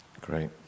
Great